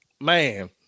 man